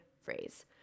phrase